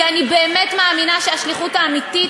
כי אני באמת מאמינה שהשליחות האמיתית